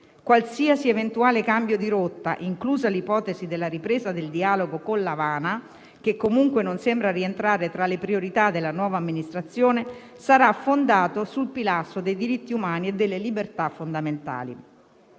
Qualsiasi eventuale cambio di rotta, inclusa l'ipotesi della ripresa del dialogo con L'Avana, che comunque non sembra rientrare tra le priorità della nuova amministrazione, sarà fondato sul pilastro dei diritti umani e delle libertà fondamentali.